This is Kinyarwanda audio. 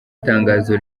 itangazo